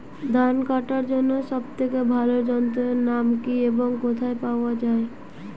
ধান কাটার জন্য সব থেকে ভালো যন্ত্রের নাম কি এবং কোথায় পাওয়া যাবে?